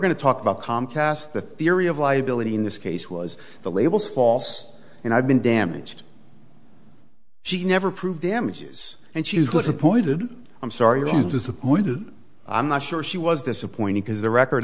to talk about comcast the theory of liability in this case was the labels false and i've been damaged she never prove damages and she would listen pointed i'm sorry i'm disappointed i'm not sure she was disappointed because the record